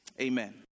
amen